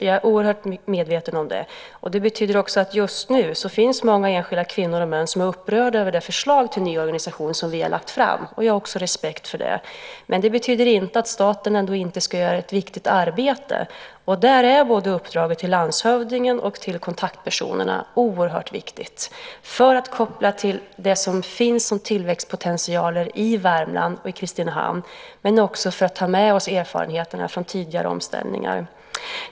Jag är oerhört medveten om det. Just nu finns det därför många enskilda kvinnor och män som är upprörda över det förslag till ny organisation som vi har lagt fram, och jag har också respekt för det. Men det betyder inte att staten inte ska göra ett viktigt arbete. Där är uppdraget till landshövdingen och till kontaktpersonerna oerhört viktigt - för att koppla till det som finns som tillväxtpotentialer i Värmland och i Kristinehamn, men också för att ta med oss erfarenheterna från tidigare omställningar.